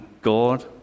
God